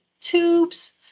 tubes